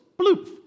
bloop